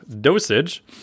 dosage